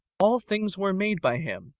all things were made by him,